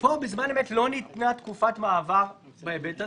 פה בזמן אמת לא ניתנה תקופת מעבר בהיבט הזה,